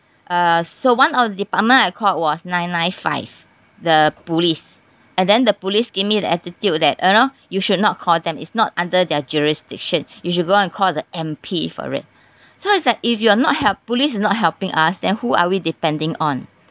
uh so one of the department I called was nine nine five the police and then the police give me the attitude that you know you should not call them it's not under their jurisdiction you should go and call the M_P for it so it's like if you are not help police is not helping us then who are we depending on